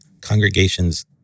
congregations